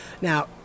Now